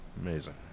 Amazing